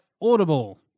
audible